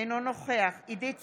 אינו נוכח עידית סילמן,